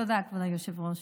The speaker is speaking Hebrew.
תודה, כבוד היושב-ראש.